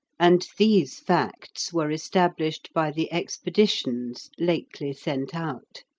and these facts were established by the expeditions lately sent out.